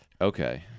Okay